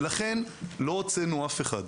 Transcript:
לכן לא הוצאנו אף אחד.